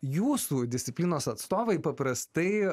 jūsų disciplinos atstovai paprastai